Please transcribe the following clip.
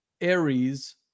Aries